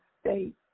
state